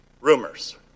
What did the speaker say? Rumors